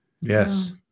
Yes